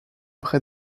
près